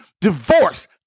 divorce